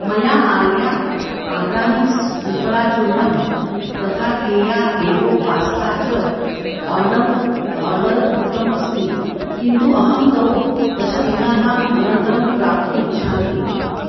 मया आर्या आर्गानिक्स् त्रिफलाचूर्णं तथा केया एल्बो पास्ता च आर्डर् आर्डर् कृतम् अस्ति किन्तु अहं तौ दशदिनानाम् अनन्तरं प्राप्तुम् इच्छामि